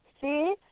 See